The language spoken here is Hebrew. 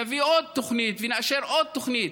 נביא עוד תוכנית ונאשר עוד תוכנית,